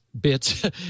bits